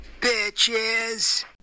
Bitches